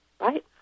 right